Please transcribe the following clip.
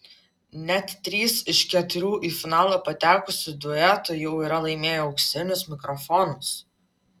net trys iš keturių į finalą patekusių duetų jau yra laimėję auksinius mikrofonus